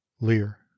lear